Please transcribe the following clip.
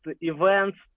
events